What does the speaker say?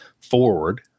forward